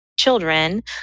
Children